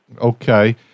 Okay